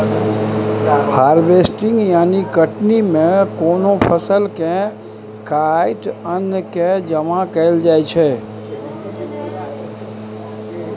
harvesting यानी कटनी मे कोनो फसल केँ काटि अन्न केँ जमा कएल जाइ छै